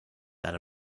that